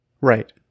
Right